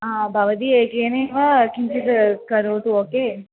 हा भवती एकेनैव किञ्चित् करोतु ओके